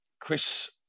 Chris